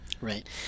Right